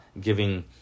giving